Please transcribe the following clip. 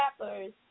rappers